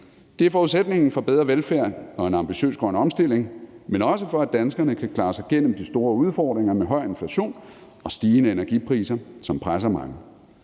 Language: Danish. Det er forudsætningen for bedre velfærd og en ambitiøs grøn omstilling, men også for, at danskerne kan klare sig igennem de store udfordringer med høj inflation og stigende energipriser, som presser mange.